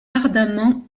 ardemment